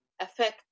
affect